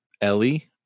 Ellie